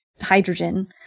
hydrogen